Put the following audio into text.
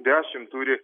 dešim turi